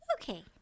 Okay